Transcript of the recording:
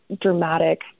dramatic